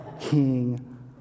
King